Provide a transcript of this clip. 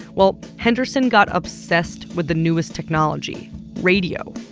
well, henderson got obsessed with the newest technology radio.